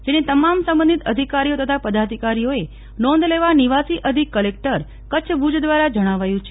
જેની તમામ સંબંધિત અધિકારીઓ તથા પદાધિકારીઓએ નોંધ લેવા નિવાસી અધિક કલેકટર કચ્છ ભુજ દ્વારા જણાવાયું છે